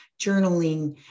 journaling